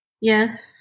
Yes